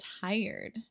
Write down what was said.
tired